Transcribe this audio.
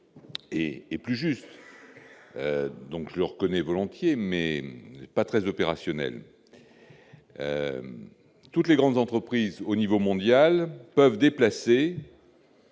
et plus juste, donc, je le reconnais volontiers mais pas très opérationnel, toutes les grandes entreprises au niveau mondial peuvent déplacer.